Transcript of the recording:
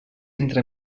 entre